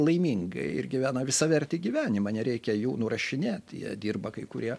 laimingai ir gyvena visavertį gyvenimą nereikia jų nurašinėt jie dirba kai kurie